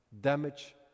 damage